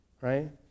right